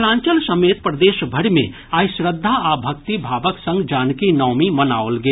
मिथिलांचल समेत प्रदेशभरि मे आइ श्रद्धा आ भक्तिभावक संग जानकी नवमी मनाओल गेल